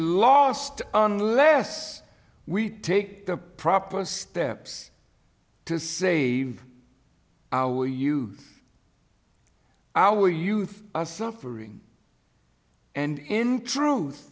lost unless we take the proper steps to save our youth are suffering and in truth